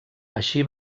així